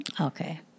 Okay